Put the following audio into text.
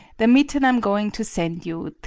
the mitten i'm going to send you,